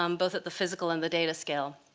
um both at the physical and the data scale.